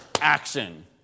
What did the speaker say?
action